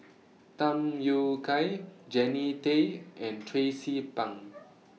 Tham Yui Kai Jannie Tay and Tracie Pang